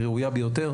היא ראויה ביותר,